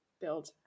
build